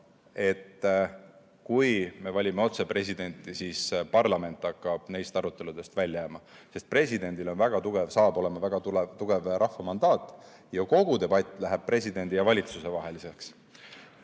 et kui me valime otse presidenti, siis parlament hakkab neist aruteludest välja jääma, sest presidendil saab olema väga tugev rahva mandaat ja kogu debatt läheb presidendi ja valitsuse vaheliseks.